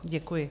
Děkuji.